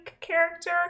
character